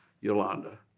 Yolanda